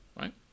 right